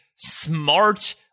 smart